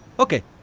ok